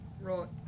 Right